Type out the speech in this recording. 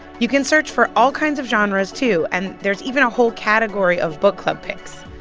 you can search for all kinds of genres, too. and there's even a whole category of book club picks.